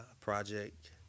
project